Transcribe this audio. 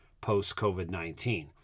post-COVID-19